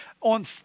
on